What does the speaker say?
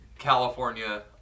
California